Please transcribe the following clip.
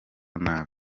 nabi